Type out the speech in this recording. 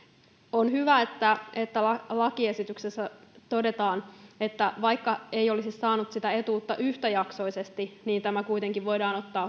on hyvä että lakiesityksessä todetaan että vaikka ei olisi saanut sitä etuutta yhtäjaksoisesti tämä kuitenkin voidaan ottaa